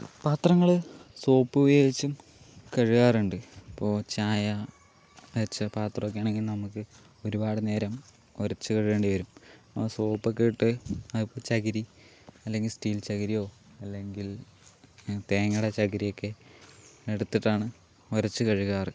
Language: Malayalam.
പാത്രങ്ങൾ സോപ്പ് ഉപയോഗിച്ചും കഴുകാറുണ്ട് ഇപ്പോൾ ചായ വെച്ച പാത്രം ഒക്കെയാണെങ്കിൽ നമുക്ക് ഒരുപാട് നേരം ഉരച്ചു കഴുകേണ്ടി വരും ആ സോപ്പ് ഒക്കെ ഇട്ട് ഇപ്പോൾ ചകിരി അല്ലെങ്കിൽ സ്റ്റീൽ ചകിരിയോ അല്ലെങ്കിൽ തേങ്ങയുടെ ചകിരി ഒക്കെ എടുത്തിട്ടാണ് ഉരച്ചു കഴുകാറ്